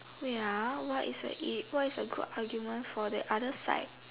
wait ah what is a it what is a good argument for the other side